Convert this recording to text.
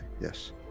Yes